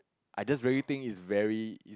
I just really think it's very